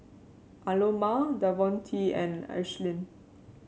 Aloma Davonte and Ashlynn